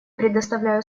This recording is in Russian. предоставляю